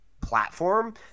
platform